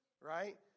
right